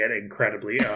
incredibly